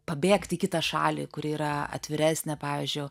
pabėgti į kitą šalį kuri yra atviresnė pavyzdžiu